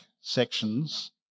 sections